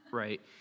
right